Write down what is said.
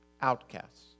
outcasts